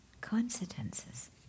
Coincidences